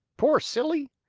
poor silly!